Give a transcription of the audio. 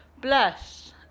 Bless